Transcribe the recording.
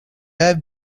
have